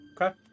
okay